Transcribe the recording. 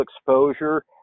exposure